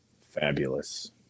Fabulous